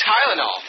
Tylenol